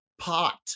pot